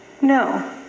No